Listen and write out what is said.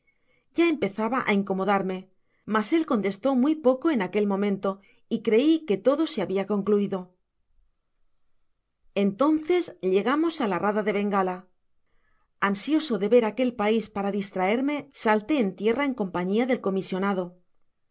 ya empezaba á incomodarme mas él contestó muy poco en aquel momento y crei que todo se habia concluido content from google book search generated at entonces llegamos á la rada de bengala ansioso de ver aquel pais para distraerme salté en tierra en compañia de el comisionado